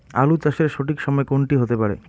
আলু চাষের সঠিক সময় কোন টি হতে পারে?